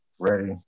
ready